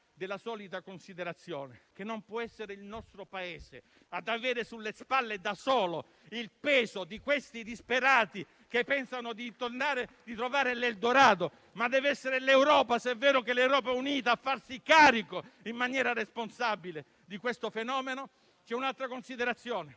della solita considerazione che non può essere il nostro Paese ad avere sulle spalle da solo il peso di disperati che pensano di trovare l'Eldorado, ma deve essere l'Europa, se è vero che è unita, a farsi carico in maniera responsabile di questo fenomeno, c'è un'altra considerazione: